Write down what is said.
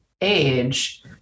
age